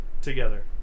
together